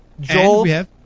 Joel